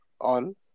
on